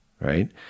Right